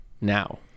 now